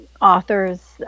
authors